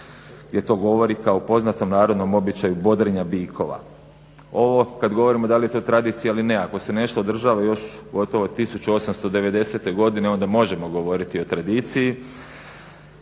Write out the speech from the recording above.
gdje to govori kao o poznatom narodnom običaju bodrenja bikova. Ovo kad govorimo da li je to tradicija ili ne, ako se nešto održava još od gotovo 1890. godine onda možemo govoriti o tradiciji.